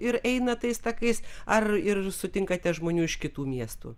ir eina tais takais ar ir sutinkate žmonių iš kitų miestų